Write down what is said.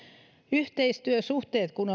yhteistyösuhteet kun